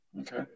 Okay